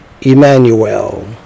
Emmanuel